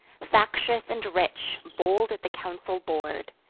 factious and rich, bold at the council board,